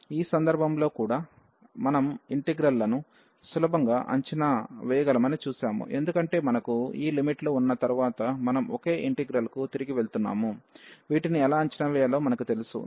ఈ సందర్భంలో కూడా మనం ఇంటిగ్రల్ లను సులభంగా అంచనా వేయగలమని చూశాము ఎందుకంటే మనకు ఈ లిమిట్ లు ఉన్న తర్వాత మనం ఒకే ఇంటిగ్రల్ కి తిరిగి వెళ్తున్నాము వీటిని ఎలా అంచనా వేయాలో మనకు తెలుసు